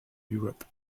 europe